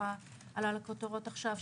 שעלה לכותרות עכשיו,